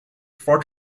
for